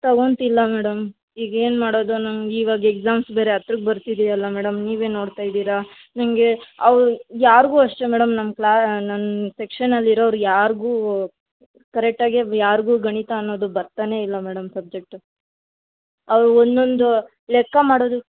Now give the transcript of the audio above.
ತಗೊತಿಲ್ಲ madam ಈಗ ಏನು ಮಾಡೋದು ನಂಗೆ ಇವಾಗ ಎಕ್ಸಾಮ್ಸ್ ಬೇರೆ ಹತ್ರಕ್ಕೆ ಬರ್ತಿದೆಯಲ್ಲ ಮೇಡಮ್ ನೀವೆ ನೋಡ್ತಾ ಇದೀರ ನನಗೆ ಅವ್ರು ಯಾರಿಗೂ ಅಷ್ಟೇ ಮೇಡಮ್ ನಮ್ಮ ಕ್ಲಾ ನನ್ನ ಸೆಕ್ಷನಲ್ಲಿ ಇರೋರು ಯಾರಿಗೂ ಕರೆಕ್ಟಾಗೀ ಯಾರಿಗೂ ಗಣಿತ ಅನ್ನೋದು ಬರ್ತಾನೇ ಇಲ್ಲ ಮೇಡಮ್ ಸಬ್ಜೆಕ್ಟು ಅವು ಒಂದೊಂದು ಲೆಕ್ಕ ಮಾಡೋದು